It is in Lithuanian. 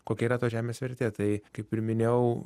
kokia yra tos žemės vertė tai kaip ir minėjau